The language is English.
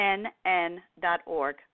nn.org